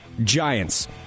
Giants